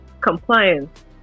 compliance